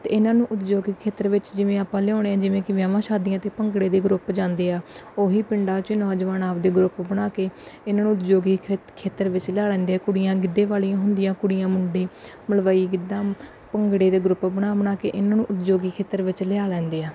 ਅਤੇ ਇਹਨਾਂ ਨੂੰ ਉਦਯੋਗਿਕ ਖੇਤਰ ਵਿੱਚ ਜਿਵੇਂ ਆਪਾਂ ਲਿਆਉਣੇ ਜਿਵੇਂ ਕਿ ਵਿਆਹਵਾਂ ਸ਼ਾਦੀਆਂ 'ਤੇ ਭੰਗੜੇ ਦੇ ਗਰੁੱਪ ਜਾਂਦੇ ਆ ਉਹੀ ਪਿੰਡਾਂ 'ਚ ਨੌਜਵਾਨ ਆਪਦੇ ਗਰੁੱਪ ਬਣਾ ਕੇ ਇਹਨਾਂ ਨੂੰ ਉਦਯੋਗਿਕ ਖੇ ਖੇਤਰ ਵਿੱਚ ਲਿਆ ਦਿੰਦੇ ਆ ਕੁੜੀਆਂ ਗਿੱਧੇ ਵਾਲੀਆਂ ਹੁੰਦੀਆਂ ਕੁੜੀਆਂ ਮੁੰਡੇ ਮਲਵਈ ਗਿੱਧਾ ਭੰਗੜੇ ਦੇ ਗਰੁੱਪ ਬਣਾ ਬਣਾ ਕੇ ਇਹਨਾਂ ਨੂੰ ਉਦਯੋਗਿਕ ਖੇਤਰ ਵਿੱਚ ਲਿਆ ਲੈਂਦੇ ਆ